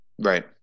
Right